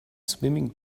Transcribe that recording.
swimming